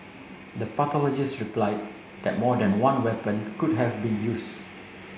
the pathologist replied that more than one weapon could have been used